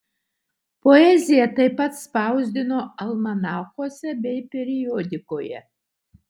poeziją taip pat spausdino almanachuose bei periodikoje